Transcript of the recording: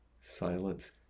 silence